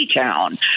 town